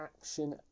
action